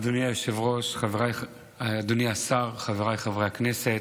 אדוני היושב-ראש, אדוני השר, חבריי חברי הכנסת,